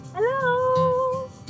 Hello